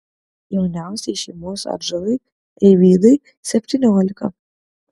jauniausiai šeimos atžalai eivydai septyniolika